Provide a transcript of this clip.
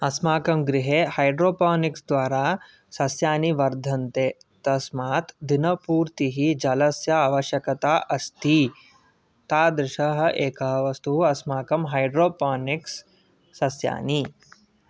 अस्माकं गृहे हैड्रोपानिक्स् द्वारा सस्यानि वर्धन्ते तस्मात् दिनपूर्तिः जलस्य आवश्यकता अस्ति तादृशः एकः वस्तु अस्माकं हैड्रोपानिक्स् सस्यानि